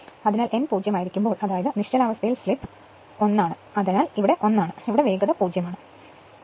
അതിനാൽ n പൂജ്യമായിരിക്കുമ്പോൾ അതായത് നിശ്ചലാവസ്ഥയിൽ സ്ലിപ് ഒന്നാണ് അതിനാൽ ഇത് ഒന്നാണ് ഇവിടെ വേഗത 0 ആണ് ഇതേക്കുറിച്ച് ആശങ്കപ്പെടേണ്ട